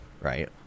right